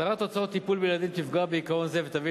התרת הוצאות טיפול בילדים תפגע בעיקרון זה ותביא